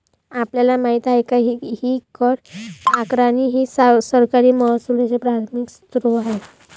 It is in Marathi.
आपल्याला माहित आहे काय की कर आकारणी हा सरकारी महसुलाचा प्राथमिक स्त्रोत आहे